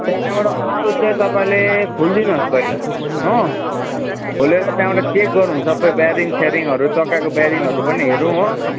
त्यहाँबाट अरू चाहिँ तपाईँले खोलिदिनुहोस् पहिला हो खोलेर त्यहाँबाट चेक गरौँ सबै ब्यारिङ स्यारिङहरू चक्काको ब्यारिङहरू पनि हेरौँ हो